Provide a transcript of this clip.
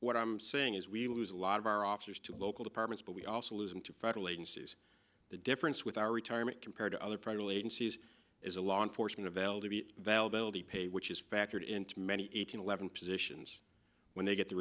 what i'm saying is we lose a lot of our officers to local departments but we also lose them to federal agencies the difference with our retirement compared to other primal agencies is a law enforcement avail to be availability pay which is factored into many each and eleven positions when they get t